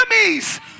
enemies